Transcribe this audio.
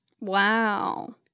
Wow